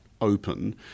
Open